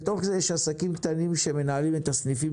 בתוך זה יש עסקים קטנים שמנהלים את הסניפים